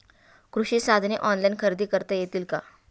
कृषी साधने ऑनलाइन खरेदी करता येतील का?